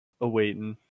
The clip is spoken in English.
awaiting